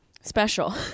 special